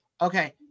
Okay